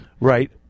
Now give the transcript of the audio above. Right